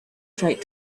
tried